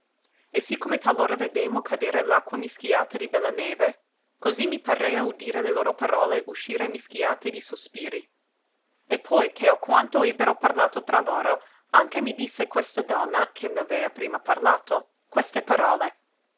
e sì come talora vedemo cadere l'acqua mischiata di bella neve così mi parea udire le loro parole uscire mischiate di sospiri e poi che alquanto ebbero parlato tra loro anche mi disse questa donna che m'avea prima parlato queste parole